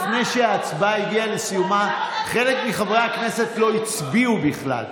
לפני שההצבעה הגיעה לסיומה חלק מחברי הכנסת לא הצביעו בכלל.